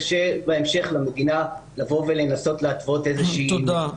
קשה בהמשך למדינה לבוא ולנסות להתוות איזה שהוא...